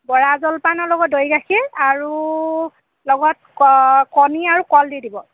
বৰা জলপানৰ লগত দৈ গাখীৰ আৰু লগত কণী আৰু কল দি দিব